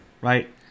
Right